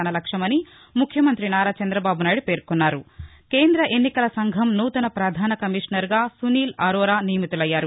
తన లక్ష్యమని ముఖ్యమంతి నారా చందబాబు నాయుడు పేర్కొన్నారు కేంద్ర ఎన్నికల సంఘం నూతన పధాన కమిషనర్గా సునీల్ అరోరా నియమితులయ్యారు